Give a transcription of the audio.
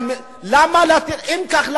למה אתם צריכים את זה?